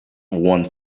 want